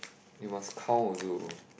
you must count also